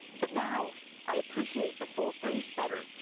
but now i appreciate the full phrase better.